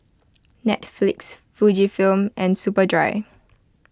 Netflix Fujifilm and Superdry